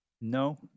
No